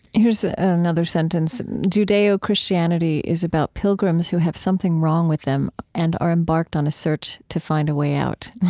here's ah another sentence judeo-christianity is about pilgrims who have something wrong with them and are embarked on a search to find a way out.